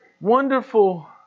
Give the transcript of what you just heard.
wonderful